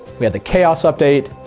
we had the chaos update.